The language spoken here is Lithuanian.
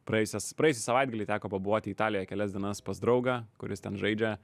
praėjusias praėjusį savaitgalį teko pabuvoti italijoje kelias dienas pas draugą kuris ten žaidžia